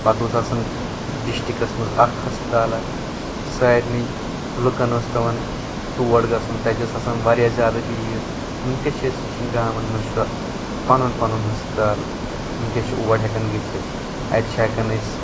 پتہٕ اوس آسان ڈسٹرکس منٛز اکھ ہسپتالہ سارنٕے لُکن اوس پٮ۪وان تور گژھُن تتہِ ٲسۍ آسان واریاہ زیادٕ بیٖڈ وُنکیٛس چھِ أسۍ وٕچھان گامن منٛز چھ پنُن پنُن ہسپتال وُنکیٛس چھِ اور ہٮ۪کان گٔژھِتھ اتہِ چھِ ہٮ۪کان أسۍ